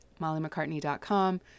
MollyMcCartney.com